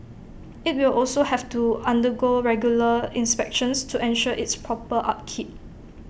IT will also have to undergo regular inspections to ensure its proper upkeep